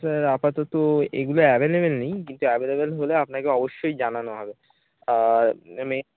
sir আপাতত এগুলো available নেই কিন্তু অ্যাভেলেবেল হলে আপনাকে অবশ্যই জানানো হবে আর মানে